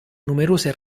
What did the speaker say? numerose